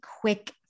quick